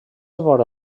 vora